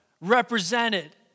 represented